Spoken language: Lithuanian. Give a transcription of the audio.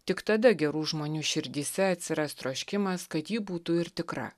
tik tada gerų žmonių širdyse atsiras troškimas kad ji būtų ir tikra